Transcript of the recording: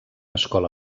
escola